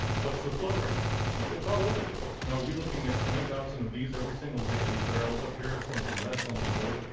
what's the flow rate? it gets all over the place. you know we're looking at twenty thousand of these every single day. these barrels up here, something less, something more.